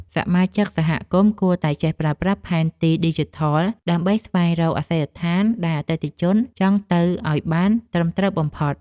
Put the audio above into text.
សមាជិកសហគមន៍គួរតែចេះប្រើប្រាស់ផែនទីឌីជីថល ដើម្បីស្វែងរកអាសយដ្ឋានដែលអតិថិជនចង់ទៅឱ្យបានត្រឹមត្រូវបំផុត។